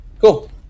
Cool